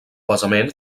basament